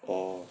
oh